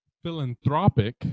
philanthropic